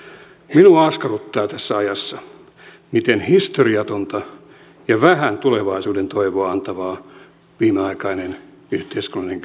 minua askarruttaa tässä ajassa miten historiatonta ja vähän tulevaisuuden toivoa antavaa viimeaikainen yhteiskunnallinen